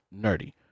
nerdy